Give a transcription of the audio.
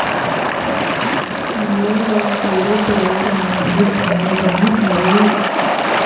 मूंग अंकुरित रूप में भी खाल जा हइ